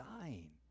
dying